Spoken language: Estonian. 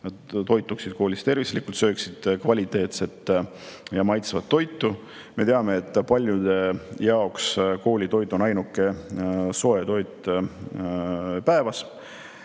toituksid koolis tervislikult, sööksid kvaliteetset ja maitsvat toitu. Me teame, et paljude jaoks on koolitoit ainuke soe toit päevas.